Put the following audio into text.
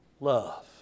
love